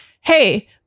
hey